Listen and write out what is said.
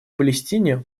палестине